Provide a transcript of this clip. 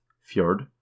Fjord